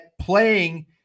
playing